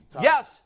Yes